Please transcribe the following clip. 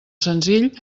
senzill